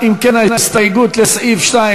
להלן: קבוצת סיעת מרצ,